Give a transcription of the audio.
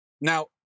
Now